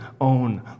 own